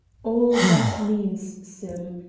all that means, sim,